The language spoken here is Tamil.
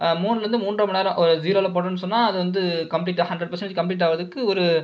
மூனில் இருந்து மூன்றை மணிநேரம் ஒரு ஜீரோவில் போட்டோம்னு சொன்னால் அது வந்து கம்ப்ளீட் ஹண்ட்ரட் பர்ஸண்டேஜ் கம்ப்ளீட் ஆகுகிறதுக்கு ஒரு